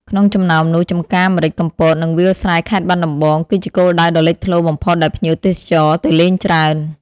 ក្នុងចំណោមនោះ ចម្ការម្រេចកំពត និងវាលស្រែខេត្តបាត់ដំបង គឺជាគោលដៅដ៏លេចធ្លោបំផុតដែលភ្ញៀវទេសចរណ៍ទៅលេងច្រើន ។